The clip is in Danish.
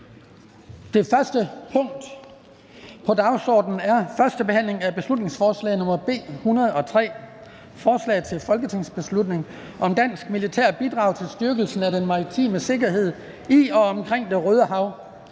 Det første punkt på dagsordenen er: 1) 1. behandling af beslutningsforslag nr. B 103: Forslag til folketingsbeslutning om danske militære bidrag til styrkelse af den maritime sikkerhed i og omkring Det Røde Hav.